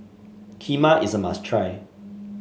Kheema is a must try